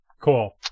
Cool